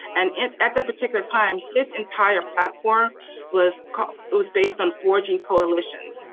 and and at that particular time, his entire platform was was based on forging coalitions.